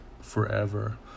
forever